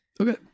Okay